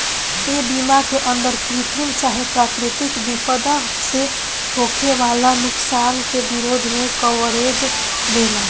ए बीमा के अंदर कृत्रिम चाहे प्राकृतिक विपद से होखे वाला नुकसान के विरोध में कवरेज देला